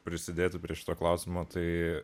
prisidėti prie šito klausimo tai